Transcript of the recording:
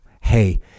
Hey